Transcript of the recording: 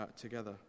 together